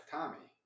Tommy